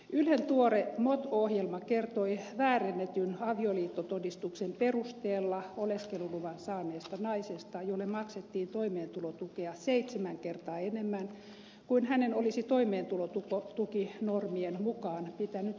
ylen tuore mot ohjelma kertoi väärennetyn avioliittotodistuksen perusteella oleskeluluvan saaneesta naisesta jolle maksettiin toimeentulotukea seitsemän kertaa enemmän kuin hänen olisi toimeentulotukinormien mukaan pitänyt saada